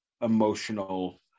emotional